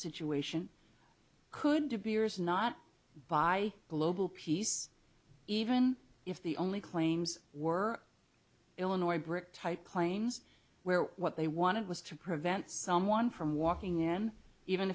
situation could be years not by global peace even if the only claims were illinois brick type claims where what they wanted was to prevent someone from walking in even